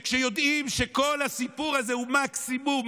וכשיודעים שכל הסיפור הזה הוא מקסימום,